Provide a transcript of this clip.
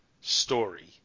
story